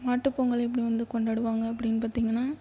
மாட்டு பொங்கல் எப்படி வந்து கொண்டாடுவாங்க அப்படினு பார்த்தீங்கனா